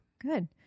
good